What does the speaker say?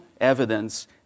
evidence